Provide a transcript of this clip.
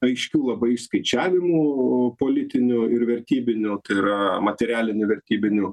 aiškių labai išskaičiavimų politinių ir vertybinių tai yra materialinių vertybinių